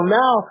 now